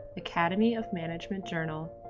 academy of management journal,